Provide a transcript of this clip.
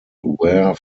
wear